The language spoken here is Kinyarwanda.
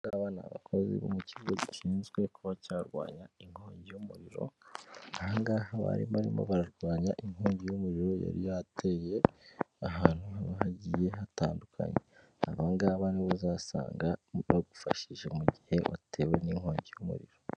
Aba ngaba ni abakozi bo mu kigo gishinzwe kuba cyarwanya inkongi y'umuriro, aha ngaha bari barimo bararwanya inkongi y'umuriro yari yateye ahantu haba hagiye hatandukanye, aba ngaba nibo uzasanga bagufashije mu gihe watewe n'inkongi y'umuriro.